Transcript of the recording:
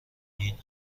این